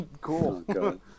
Cool